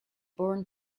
born